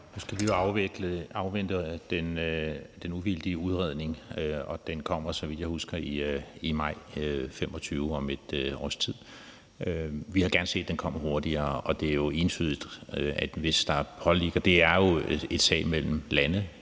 Nu skal vi afvente den uvildige udredning, og den kommer, så vidt jeg husker, i maj 2025, altså om et års tid. Vi havde gerne set, at den kom hurtigere. Det er jo en sag mellem lande, og det er en sag mellem